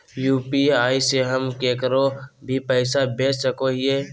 UPI से हम केकरो भी पैसा भेज सको हियै?